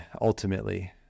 ultimately